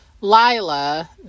Lila